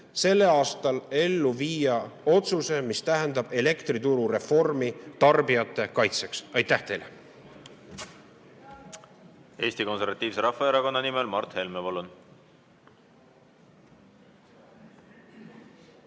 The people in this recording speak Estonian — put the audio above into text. sellel aastal ellu viia otsuse, mis tähendab elektrituru reformi tarbijate kaitseks. Aitäh teile! Eesti Konservatiivse Rahvaerakonna nimel Mart Helme, palun!